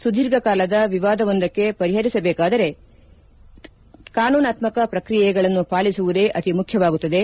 ಸುದೀರ್ಘಕಾಲದ ವಿವಾದವೊಂದನ್ನು ಪರಿಹರಿಸಬೇಕಾದರೆ ಕಾನೂನಾತ್ತಕ ಪ್ರಕ್ರಿಯೆಗಳನ್ನು ಪಾಲಿಸುವುದೇ ಅತಿ ಮುಖ್ಯವಾಗುತ್ತದೆ